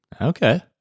Okay